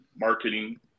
marketing